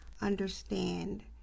understand